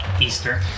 Easter